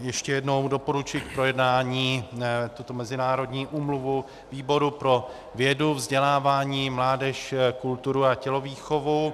Ještě jednou doporučuji k projednání tuto mezinárodní úmluvu výboru pro vědu, vzdělávání, mládež, kulturu a tělovýchovu.